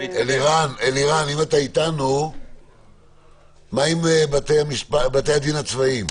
אלירן, מה עם בתי המשפט הצבאיים?